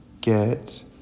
get